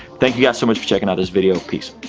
thank you guys so much for checking out this video, peace.